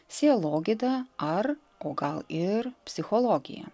sielogyda ar o gal ir psichologija